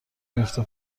میفته